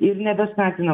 ir nebeskatina